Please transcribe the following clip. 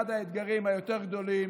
זה אחד האתגרים היותר-גדולים,